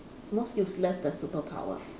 most useless the superpower